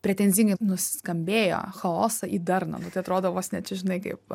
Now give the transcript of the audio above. pretenzingai nuskambėjo chaosą į darną nu tai atrodo vos ne čia žinai kaip